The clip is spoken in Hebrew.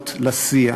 גבולות לשיח.